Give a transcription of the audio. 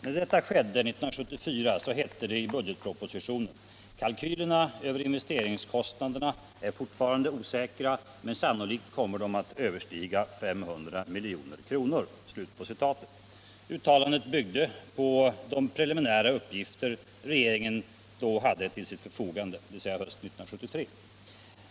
När Bai Bang år 1974 anmäldes för riksdagen hette det i budgetpropositionen: ”Kalkylerna över investeringskostnaderna är fortfarande osäkra men sannolikt kommer de att överstiga 500 milj.kr.” Uttalandet byggde på de preliminära uppgifter regeringen hade till sitt förfogande hösten 1973.